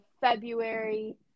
February